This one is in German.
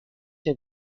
der